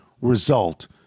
result